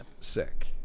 sick